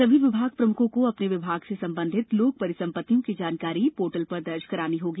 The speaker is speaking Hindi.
सभी विभाग प्रमुखों को अपने विभाग से संबंधित लोक परिसम्पत्तियों की जानकारी पोर्टल पर दर्ज कराना होगी